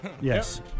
Yes